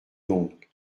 donc